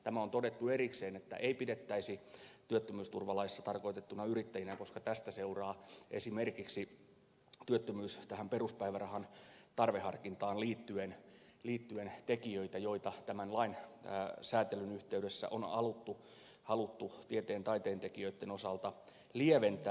tämä on todettu erikseen että ei pidettäisi työttömyysturvalaissa tarkoitettuina yrittäjinä koska tästä seuraa esimerkiksi peruspäivärahan tarveharkintaan liittyen tekijöitä joita tämän lain säätämisen yhteydessä on haluttu tieteen ja taiteen tekijöitten osalta lieventää